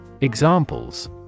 Examples